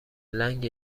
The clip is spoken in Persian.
لنگ